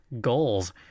Goals